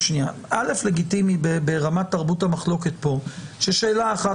לגיטימי ברמת תרבות המחלוקת פה ששאלה אחת